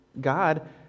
God